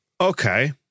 okay